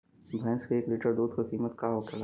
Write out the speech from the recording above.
भैंस के एक लीटर दूध का कीमत का होखेला?